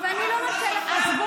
אני לא שומעת מה אתה אומר, אבל.